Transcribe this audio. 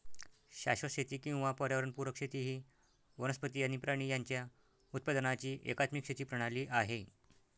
शाश्वत शेती किंवा पर्यावरण पुरक शेती ही वनस्पती आणि प्राणी यांच्या उत्पादनाची एकात्मिक शेती प्रणाली आहे